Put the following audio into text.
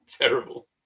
terrible